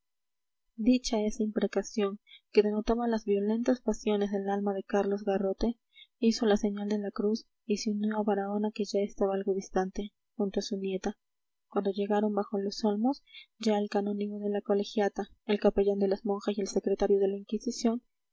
dicha esta imprecación que denotaba las violentas pasiones del alma de carlos garrote hizo la señal de la cruz y se unió a baraona que ya estaba algo distante junto a su nieta cuando llegaron bajo los olmos ya el canónigo de la colegiata el capellán de las monjas y el secretario de la inquisición